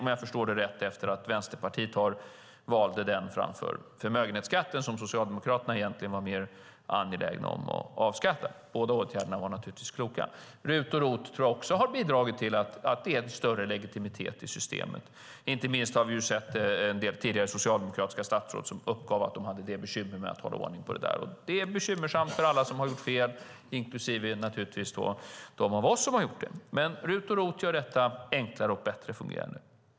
Om jag förstår det rätt var det efter att Vänsterpartiet valde den framför förmögenhetsskatten, som Socialdemokraterna egentligen var mer angelägna om att avskaffa. Båda åtgärderna var naturligtvis kloka. RUT och ROT tror jag också har bidragit till att ge större legitimitet till systemet. Inte minst har vi sett en del tidigare socialdemokratiska statsråd som uppgett att de hade en del bekymmer med att hålla ordning på det där. Det är bekymmersamt för alla som har gjort fel, inklusive naturligtvis dem av oss som har gjort det. Men RUT och ROT gör detta enklare och bättre fungerande.